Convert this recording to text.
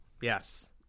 yes